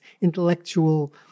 intellectual